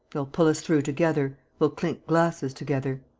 they'll pull us through together. we'll clink glasses together.